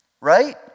Right